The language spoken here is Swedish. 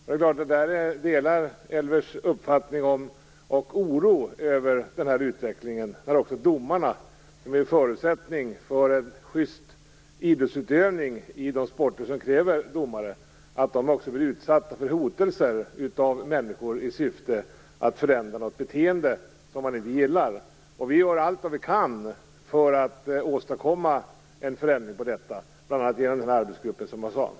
Jag delar Elvers uppfattning om och oro över utvecklingen när nu också domarna - som är en förutsättning för en just idrottsutövning i de sporter som kräver domare - blir utsatta för hotelser från människor som vill förändra något beteende som de inte gillar. Vi gör allt vad vi kan för att åstadkomma en förändring av detta, bl.a. genom den arbetsgrupp som jag nämnde.